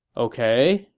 ok,